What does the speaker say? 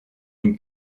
une